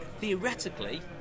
theoretically